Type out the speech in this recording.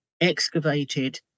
excavated